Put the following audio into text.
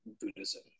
Buddhism